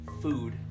food